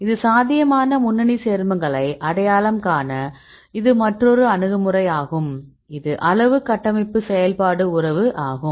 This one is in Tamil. இது சாத்தியமான முன்னணி சேர்மங்களை அடையாளம் காண இது மற்றொரு அணுகுமுறை ஆகும் இது அளவு கட்டமைப்பு செயல்பாடு உறவு ஆகும்